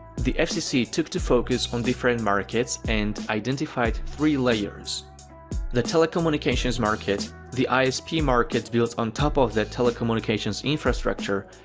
the fcc took to focus on different markets and identified three layers the telecommunications market, the isp yeah market built on top of that telecommunications infrastructure,